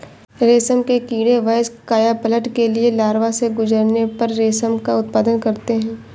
रेशम के कीड़े वयस्क कायापलट के लिए लार्वा से गुजरने पर रेशम का उत्पादन करते हैं